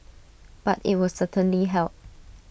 but IT would certainly help